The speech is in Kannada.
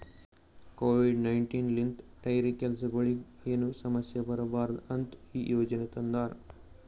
ಕೋವಿಡ್ ನೈನ್ಟೀನ್ ಲಿಂತ್ ಡೈರಿ ಕೆಲಸಗೊಳಿಗ್ ಏನು ಸಮಸ್ಯ ಬರಬಾರದು ಅಂತ್ ಈ ಯೋಜನೆ ತಂದಾರ್